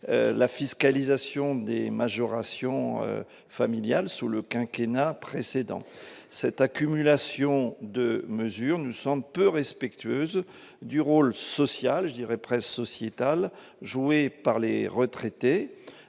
la fiscalisation des majorations familiales, décidées sous le quinquennat précédent. Cette accumulation de mesures nous semble peu respectueuse du rôle social, je dirais presque sociétal, joué par les retraités,